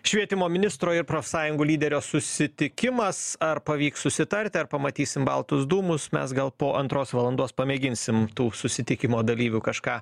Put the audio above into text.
švietimo ministro ir profsąjungų lyderio susitikimas ar pavyks susitarti ar pamatysim baltus dūmus mes gal po antros valandos pamėginsim tų susitikimo dalyvių kažką